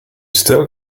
still